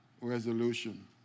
resolution